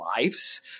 lives